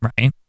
Right